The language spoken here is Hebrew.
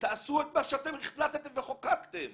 תעשו את מה שאתם החלטתם וחוקקתם,